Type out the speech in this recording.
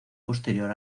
posterior